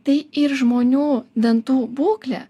tai ir žmonių dantų būklė